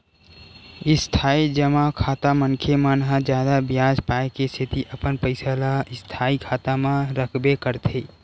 इस्थाई जमा खाता मनखे मन ह जादा बियाज पाय के सेती अपन पइसा ल स्थायी खाता म रखबे करथे